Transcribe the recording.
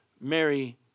Mary